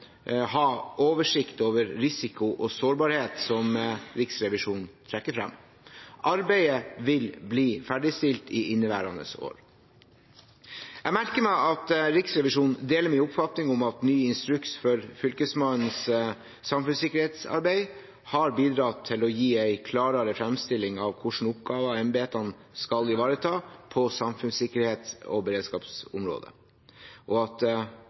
ha oversikt over risiko og sårbarhet, som Riksrevisjonen trekker frem. Arbeidet vil bli ferdigstilt i inneværende år. Jeg merker meg at Riksrevisjonen deler min oppfatning om at den nye instruksen for Fylkesmannens samfunnssikkerhetsarbeid har bidratt til å gi en klarere fremstilling av hvilke oppgaver embetene skal ivareta på samfunnssikkerhets- og beredskapsområdet, og at